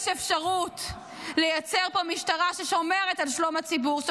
יש אפשרות לייצר פה משטרה ששומרת על שלום הציבור.